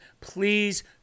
Please